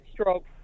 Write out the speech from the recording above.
stroke